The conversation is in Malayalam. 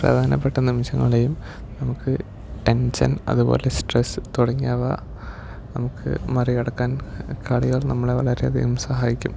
പ്രധാനപ്പെട്ട നിമിഷങ്ങളെയും നമുക്ക് ടെൻഷൻ അതുപോലെ സ്ട്രെസ്സ് തുടങ്ങിയവ നമുക്ക് മറി കടക്കാൻ കളികൾ നമ്മളെ വളരെയധികം സഹായിക്കും